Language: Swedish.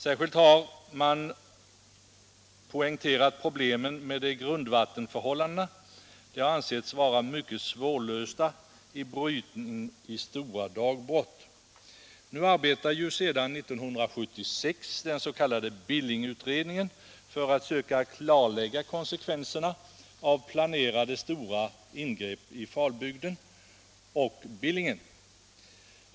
Särskilt har problemen med grundvattenförhållandena poängterats — de anses vara mycket svårlösta vid brytning i stora dagbrott. Nu arbetar ju sedan 1976 den s.k. Billingenutredningen för att söka klarlägga konsekvenserna av planerade stora ingrepp i Falbygden och Billingen.